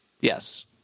Yes